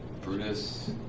Brutus